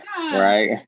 Right